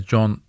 John